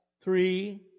three